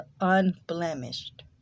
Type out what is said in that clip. unblemished